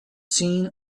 seen